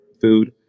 food